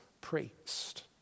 priest